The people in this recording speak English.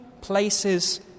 places